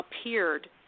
appeared